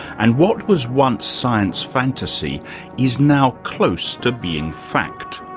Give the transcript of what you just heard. and what was once science fantasy is now close to being fact.